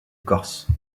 corse